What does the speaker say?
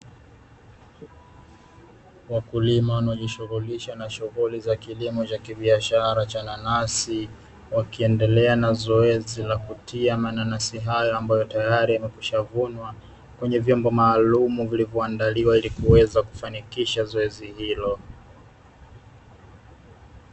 Wakulima wanaojishughulisha na shughuli za kilimo cha biashara cha nanasi, wakiendelea na zoezi la kutia mananasi hayo ambayo tayari yamekwishavunwa, kwenye vyombo maalumu vilivyoandaliwa ili kwueza kufanikisha zoezi hilo.